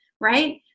right